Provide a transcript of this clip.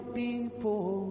people